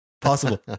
possible